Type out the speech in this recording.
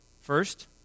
First